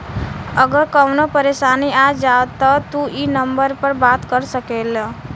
अगर कवनो परेशानी आ जाव त तू ई नम्बर पर बात कर सकेल